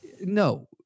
No